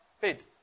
paid